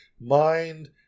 mind